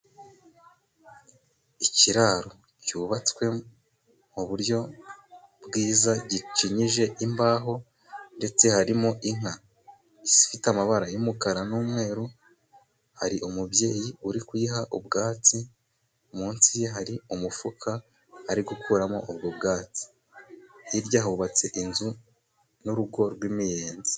Ikiraro cyubatswe mu buryo bwiza gikenyeje imbaho, ndetse harimo inka ifite amabara y'umukara n'umweru, hari umubyeyi uri kuyiha ubwatsi, mu nsi ye hari umufuka ari gukuramo ubwo bwatsi, hirya hubatse inzu y'urugo rw'imiyenzi.